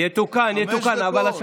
יש שעון.